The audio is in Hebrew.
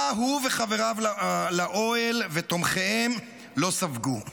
מה הוא וחבריו לאוהל ותומכיהם לא ספגו?